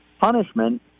punishment